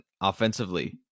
offensively